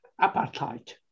apartheid